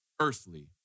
earthly